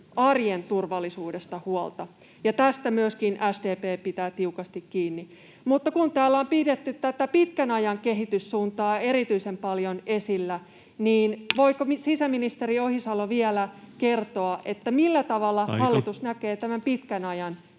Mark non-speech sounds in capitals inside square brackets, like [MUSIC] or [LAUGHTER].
arjen turvallisuudesta huolta, ja tästä myöskin SDP pitää tiukasti kiinni. Mutta kun täällä on pidetty tätä pitkän ajan kehityssuuntaa erityisen paljon esillä, [NOISE] niin voiko sisäministeri Ohisalo vielä kertoa, [Puhemies: Aika!] millä tavalla hallitus näkee pitkän ajan